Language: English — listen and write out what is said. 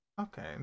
Okay